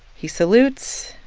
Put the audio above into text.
he salutes,